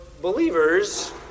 believers